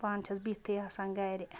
پانہٕ چھَس بہتھٕے آسان گَرِ